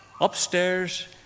upstairs